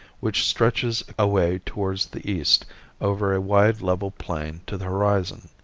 which stretches away towards the east over a wide level plain to the horizon.